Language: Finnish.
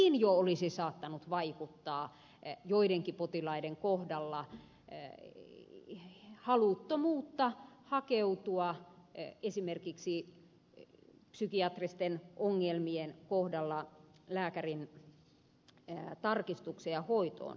sekin jo olisi saattanut aiheuttaa joidenkin potilaiden kohdalla haluttomuutta hakeutua esimerkiksi psykiatristen ongelmien kohdalla lääkärintarkastukseen ja hoitoon